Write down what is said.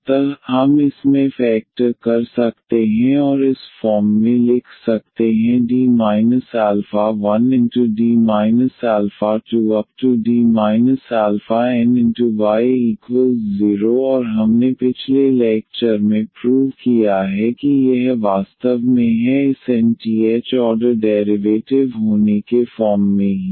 अतः हम इसमें फ़ैक्टर कर सकते हैं और इस फॉर्म में लिख सकते हैं D 1D 2⋯y0 और हमने पिछले लेक्चर में प्रूव किया है कि यह वास्तव में है इस nth ऑर्डर डेरिवेटिव होने के फॉर्म में ही